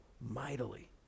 mightily